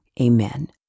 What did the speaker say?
Amen